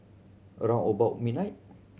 a round about midnight